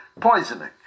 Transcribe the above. poisoning